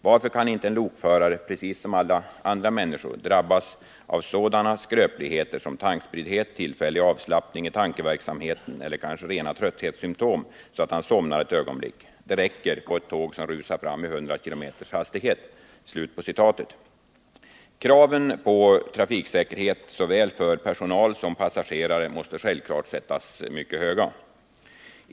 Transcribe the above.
Varför kan inte en lokförare, precis som andra människor, drabbas av sådana skröpligheter som tankspriddhet, tillfällig avslappning i tankeverksamheten eller kanske rena trötthetssymtom så att han somnar ett ögonblick. Det räcker på ett tåg som rusar fram i 100 kilometers hastighet.” Kraven på säkerhet för såväl personal som passagerare måste självklart sättas mycket högt.